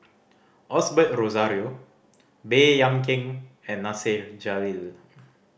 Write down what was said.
Osbert Rozario Baey Yam Keng and Nasir Jalil